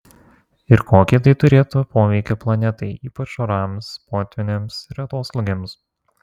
ir kokį tai turėtų poveikį planetai ypač orams potvyniams ir atoslūgiams